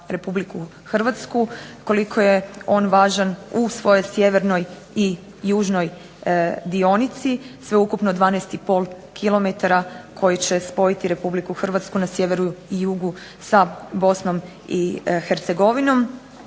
Republiku Hrvatsku, koliko je on važan u svojoj sjevernoj i južnoj dionici, sveukupno 12,5 km koji će spojiti Republiku Hrvatsku na sjeveru i jugu sa Bosnom i Hercegovinom